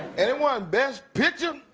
and it won best picture?